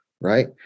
right